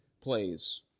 plays